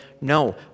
No